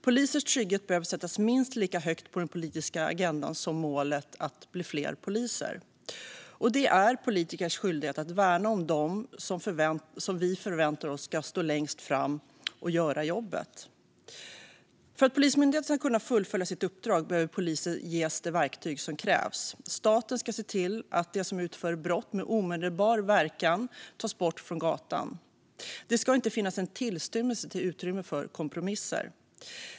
Polisers trygghet behöver sättas minst lika högt på den politiska agendan som målet om att det ska bli fler poliser. Det är politikers skyldighet att värna om dem som vi förväntar oss ska stå längst fram och göra jobbet. För att Polismyndigheten ska kunna fullfölja sitt uppdrag behöver poliser ges de verktyg som krävs. Staten ska se till att de som utför brott med omedelbar verkan tas bort från gatan. Det ska inte finns en tillstymmelse till utrymme för kompromisser.